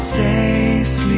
safely